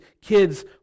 kids